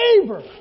favor